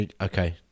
Okay